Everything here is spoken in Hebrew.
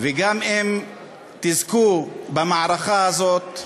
גם אם תזכו במערכה הזאת,